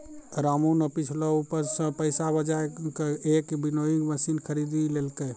रामू नॅ पिछलो उपज सॅ पैसा बजाय कॅ एक विनोइंग मशीन खरीदी लेलकै